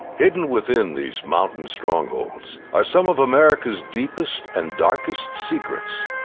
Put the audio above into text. hidden within these mountain strongholds are some of america's deepest and darkest secrets.